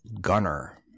Gunner